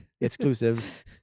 exclusive